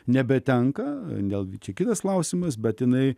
nebetenka dėl vyčiu kitas klausimas bet jinai